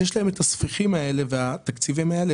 יש להם את הספיחים האלה והתקציבים האלה